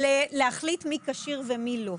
להחליט מי כשיר ומי לא.